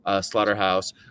slaughterhouse